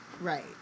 right